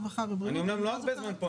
י"ז באב תשפ"א,